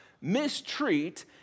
mistreat